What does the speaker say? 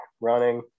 running